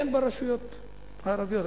אין ברשויות הערביות.